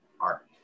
art